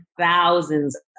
thousands